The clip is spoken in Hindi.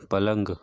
पलंग